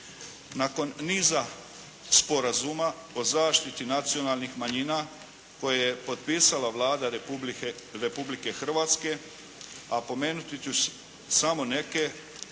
Nakon niza sporazuma o zaštiti nacionalnih manjina koje je potpisala Vlada Republike Hrvatske a spomenut ću samo neke